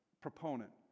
proponent